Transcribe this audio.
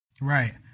right